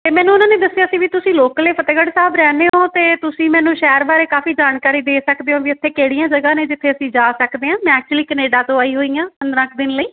ਅਤੇ ਮੈਨੂੰ ਉਹਨਾਂ ਨੇ ਦੱਸਿਆ ਸੀ ਵੀ ਤੁਸੀਂ ਲੋਕਲ ਹੈ ਫਤਿਹਗੜ੍ਹ ਸਾਹਿਬ ਰਹਿੰਦੇ ਹੋ ਅਤੇ ਤੁਸੀਂ ਮੈਨੂੰ ਸ਼ਹਿਰ ਬਾਰੇ ਕਾਫੀ ਜਾਣਕਾਰੀ ਦੇ ਸਕਦੇ ਹੋ ਵੀ ਇੱਥੇ ਕਿਹੜੀਆਂ ਜਗ੍ਹਾ ਨੇ ਜਿੱਥੇ ਅਸੀਂ ਜਾ ਸਕਦੇ ਹਾਂ ਮੈਂ ਐਕਚੁਲੀ ਕਨੇਡਾ ਤੋਂ ਆਈ ਹੋਈ ਹਾਂ ਪੰਦਰਾਂ ਕੁ ਦਿਨ ਲਈ